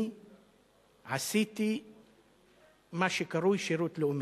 אני עשיתי מה שקרוי "שירות לאומי".